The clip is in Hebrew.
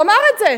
הוא אמר את זה.